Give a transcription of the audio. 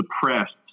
suppressed